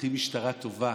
צריכים משטרה טובה.